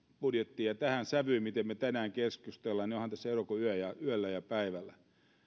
budjettiin ja tähän sävyyn miten me tänään keskustelemme niin onhan tässä eroa kuin yöllä ja päivällä